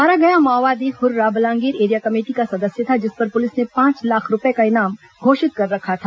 मारा गया माओवादी हुर्रा बलांगीर एरिया कमेटी का सदस्य था जिस पर पुलिस ने पांच लाख रूपये का इनाम घोषित कर रखा था